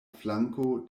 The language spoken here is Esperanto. flanko